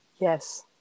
Yes